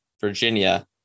Virginia